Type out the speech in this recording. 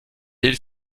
bill